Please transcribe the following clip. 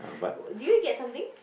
w~ do you get something